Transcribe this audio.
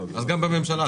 אז גם בממשלה,